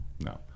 No